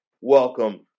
Welcome